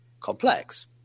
complex